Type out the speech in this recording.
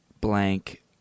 blank